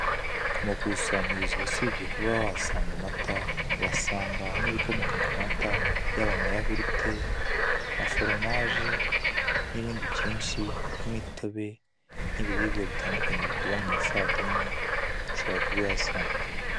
Ku makusanyirizo, usibye kuba wahasanga amata, uhasanga n'ibikomoka ku mata: yaba amayawurute, amaforomaje n'ibindi byinshi nk'imitobe, n'ibiribwa bitandukanye bikorwa mu mafarini, ushobora kubihasanga.